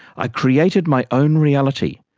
i created my own reality,